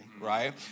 right